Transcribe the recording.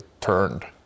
turned